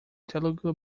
telugu